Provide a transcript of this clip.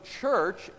church